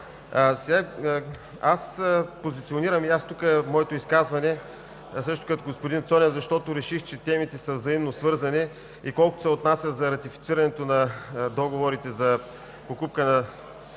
Позиционирам моето изказване тук, също като господин Цонев, защото реших, че темите са взаимно свързани и колкото се отнася за ратифицирането на договорите за покупка на